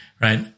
Right